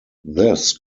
this